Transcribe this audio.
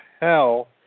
hell